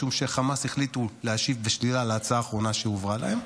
משום שחמאס החליטו להשיב בשלילה על ההצעה האחרונה שהועברה להם.